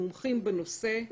מומחים בנושא,